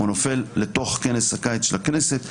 הוא נופל לתוך כנס הקיץ של הכנסת,